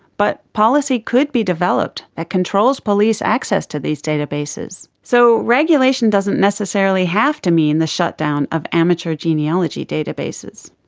but policy could be developed that controls police access to these databases. so regulation doesn't necessarily have to mean the shutdown of amateur genealogy databases.